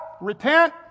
repent